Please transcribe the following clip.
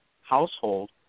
household